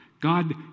God